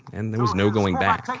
and there was no going back. like